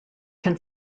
can